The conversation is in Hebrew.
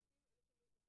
זה מובן.